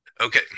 Okay